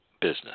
business